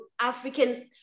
African